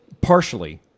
partially